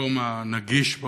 המקום הנגיש.